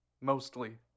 mostly